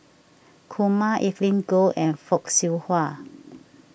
Kumar Evelyn Goh and Fock Siew Wah